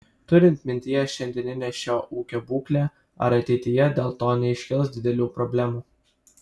turint mintyje šiandieninę šio ūkio būklę ar ateityje dėl to neiškils didelių problemų